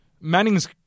Manning's